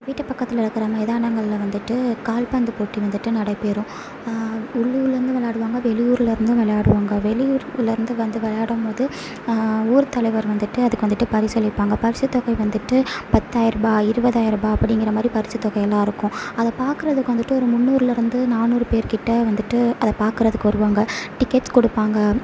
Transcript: வீட்டு பக்கத்தில் இருக்கிற மைதானங்களில் வந்துட்டு கால் பந்து போட்டி வந்துட்டு நடைபெறும் உள்ளூர்லேந்தும் விளையாடுவாங்க வெளியூர்லேருந்தும் விளையாடுவாங்க வெளியூர்லிருந்து வந்து விளையாடம்போது ஊர் தலைவர் வந்துட்டு அதுக்கு வந்துட்டு பரிசளிப்பாங்க பரிசு தொகை வந்துட்டு பத்தாயரரூபா இருவதாயரரூபா அப்படிங்கற மாதிரி பரிசு தொகை எல்லாம் இருக்கும் அதை பார்க்குறதுக்கு வந்துட்டு ஒரு முந்நூறுலேருந்து நானூறு பேர் கிட்ட வந்துட்டு அதை பார்க்குறதுக்கு வருவாங்க டிக்கெட்ஸ் கொடுப்பாங்க